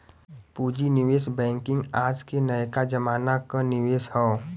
पूँजी निवेश बैंकिंग आज के नयका जमाना क निवेश हौ